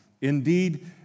Indeed